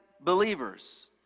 believers